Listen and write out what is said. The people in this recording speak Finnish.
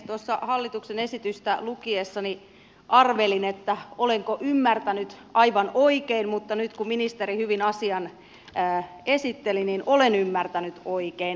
tuossa hallituksen esitystä lukiessani arvelin että olenko ymmärtänyt aivan oikein mutta nyt kun ministeri hyvin asian esitteli niin olen ymmärtänyt oikein